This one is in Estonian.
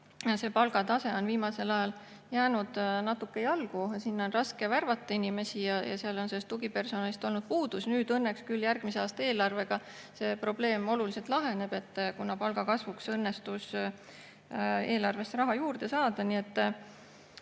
sealne palgatase on viimasel ajal jäänud natuke jalgu, sinna on raske värvata inimesi ja tugipersonalist on olnud puudus. Õnneks küll järgmise aasta eelarvega see probleem olulisel määral laheneb, kuna palgakasvuks õnnestus eelarvesse raha juurde saada.